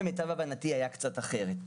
למיטב הבנתי, הרעיון היה קצת אחרת.